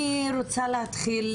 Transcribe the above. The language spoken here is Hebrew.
אני רוצה להתחיל